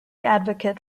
advocate